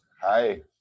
Hi